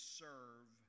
serve